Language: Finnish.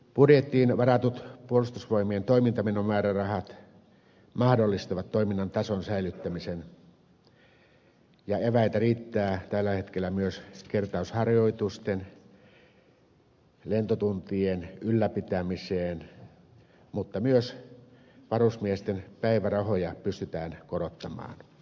budjettiin varatut puolustusvoimien toimintamenomäärärahat mahdollistavat toiminnan tason säilyttämisen ja eväitä riittää tällä hetkellä myös kertausharjoitusten ja lentotuntien ylläpitämiseen mutta myös varusmiesten päivärahoja pystytään korottamaan